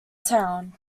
town